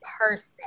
person